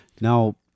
Now